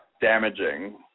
damaging